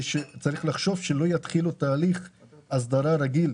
צריך לחשוב שלא יתחילו תהליך הסדרה רגיל,